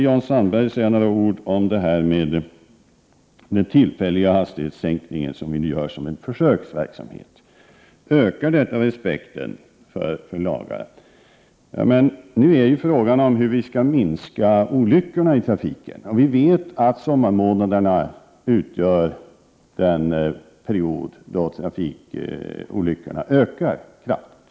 Jan Sandberg frågade om den tillfälliga sänkning av hastighetsgränserna som nu genomförs som en försöksverksamhet är något som ökar respekten för lagarna. Men frågan är hur vi skall minska olyckorna i trafiken. Vi vet att sommarmånaderna är en period då trafikolyckorna ökar kraftigt.